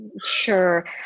Sure